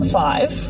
five